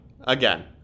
again